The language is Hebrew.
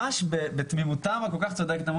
בתמימותם הכול כך צודקת,